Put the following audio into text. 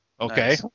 Okay